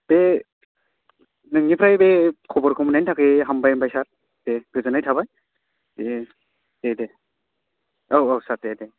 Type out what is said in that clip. बे नोंनिफ्राय बे खबरखौ मोननायनि थाखाय हामबाय होनबाय सार दे गोजोननाय थाबाय दे दे औ औ सार दे दे